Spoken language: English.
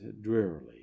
drearily